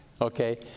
Okay